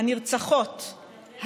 הנרצחות,